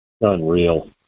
Unreal